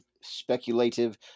speculative